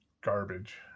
garbage